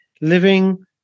living